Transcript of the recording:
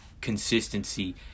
consistency